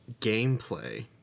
gameplay